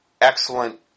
Excellent